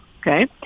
Okay